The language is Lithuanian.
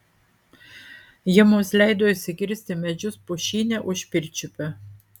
jie mums leido išsikirsti medžius pušyne už pirčiupio